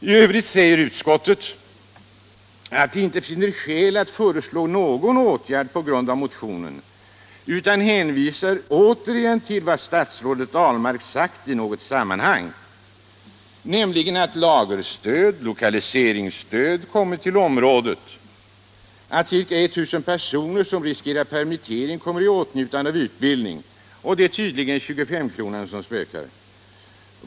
I övrigt säger utskottet att det inte finner skäl att föreslå någon åtgärd på grund av motionen utan hänvisar återigen till vad statsrådet Ahlmark har sagt i något sammanhang, nämligen att lagerstöd och lokaliseringsstöd kommit området till del och att ca 1 000 personer som riskerar permittering kommer i åtnjutande av utbildning. Det är tydligen den s.k. 25 kronan som här spökar.